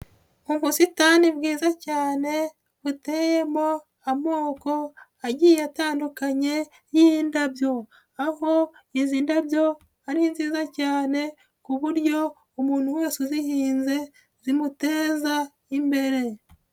Ubusitani bwiza cyane hateyemo amoko agiye atandukanye y'indabyo, aho izi ndabyo ari nziza cyane ku buryo umuntu wese uzihinze zimuteza imbere.